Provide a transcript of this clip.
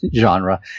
genre